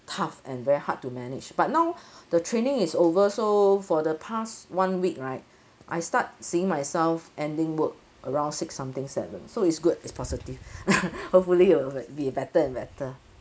tough and very hard to manage but now the training is over so for the past one week right I start seeing myself ending work around six something seven so it's good it's positive hopefully it will be better and better